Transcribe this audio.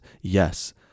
Yes